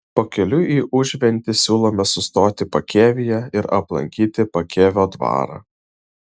pakeliui į užventį siūlome sustoti pakėvyje ir aplankyti pakėvio dvarą